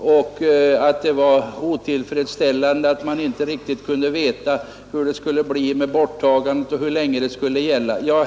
Han tyckte det var otillfredsställande att man inte riktigt kunde veta hur det skulle bli med borttagandet av momssänkningen och hur länge momssänkningen skulle vara i kraft.